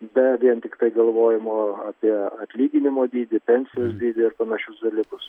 be vien tiktai galvojimo apie atlyginimo dydį pensijos dydį ir panašius dalykus